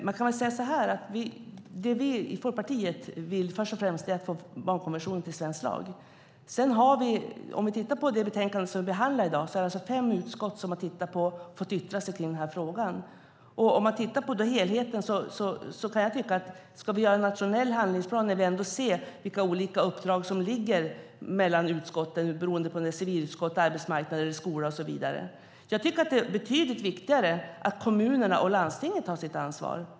Fru talman! Vi i Folkpartiet vill först och främst att barnkonventionen införlivas i svensk lag. Fem utskott har fått yttra sig i frågan till dagens betänkande. Ska vi skapa en nationell handlingsplan när vi ändå ser vilka olika uppdrag som ligger i de olika utskotten, beroende på om det är fråga om civilutskottsfrågor, arbetsmarknad, skola och så vidare? Det är betydligt viktigare att kommunerna och landstingen tar sitt ansvar.